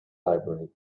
library